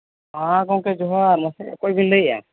ᱦᱮᱸ ᱜᱚᱢᱠᱮ ᱡᱚᱦᱟᱨ ᱢᱟᱥᱮ ᱚᱠᱚᱭ ᱵᱤᱱ ᱞᱟᱹᱭᱮᱫᱼᱟ